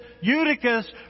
Eutychus